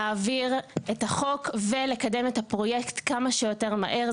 להעביר את החוק ולקדם את הפרויקט כמה שיותר מהר.